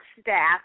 staff